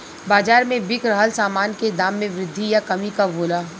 बाज़ार में बिक रहल सामान के दाम में वृद्धि या कमी कब होला?